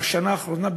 בשנה האחרונה,